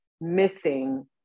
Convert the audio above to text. missing